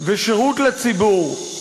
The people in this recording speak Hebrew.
ושירות לציבור,